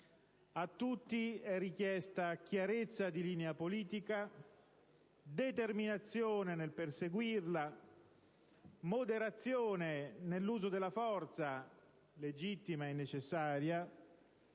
a tutti chiarezza di linea politica, determinazione nel perseguirla, moderazione nell'uso della forza, legittima e necessaria,